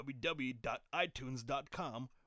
www.iTunes.com